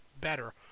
better